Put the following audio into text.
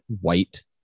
white